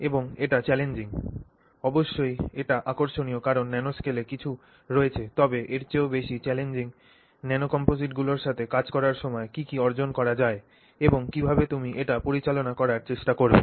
এবং এটি চ্যালেঞ্জিং অবশ্যই এটি আকর্ষণীয় কারণ ন্যানোস্কেলে কিছু রয়েছে তবে এর চেয়েও বেশি চ্যালেঞ্জিং ন্যানোকম্পোজিটগুলির সাথে কাজ করার সময় কী কী অর্জন করা যায় এবং কীভাবে তুমি এটি পরিচালনা করার চেষ্টা করবে